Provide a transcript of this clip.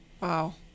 Wow